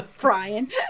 Brian